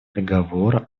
договора